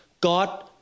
God